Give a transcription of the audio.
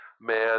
man